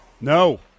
No